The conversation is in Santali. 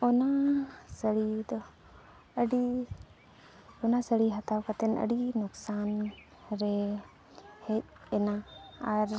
ᱚᱱᱟ ᱥᱟᱹᱲᱤ ᱫᱚ ᱟᱹᱰᱤ ᱚᱱᱟ ᱥᱟᱹᱲᱤ ᱦᱟᱛᱟᱣ ᱠᱟᱛᱮᱫ ᱟᱹᱰᱤ ᱞᱚᱠᱥᱟᱱ ᱨᱮ ᱦᱮᱡᱽ ᱮᱱᱟ ᱟᱨ